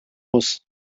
muss